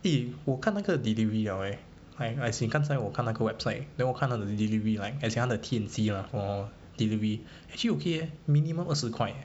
eh 我看那个 delivery 了 eh as as in 刚才我看那个 website then 我看到有 delivery like as in 他的 T_N_C ah or delivery actually ok eh minimum 二十块 eh